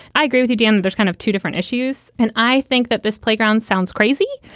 i agree with you, dan. there's kind of two different issues. and i think that this playground sounds crazy.